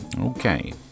Okay